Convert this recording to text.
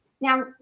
Now